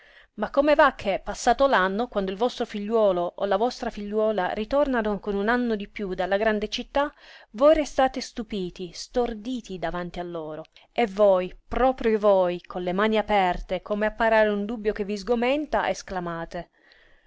ma come va che passato l'anno quando il vostro figliuolo o la vostra figliuola ritornano con un anno di piú dalla grande città voi restate stupiti storditi davanti a loro e voi proprio voi con le mani aperte come a parare un dubbio che vi sgomenta esclamate